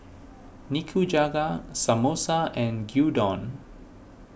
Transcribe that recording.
Nikujaga Samosa and Gyudon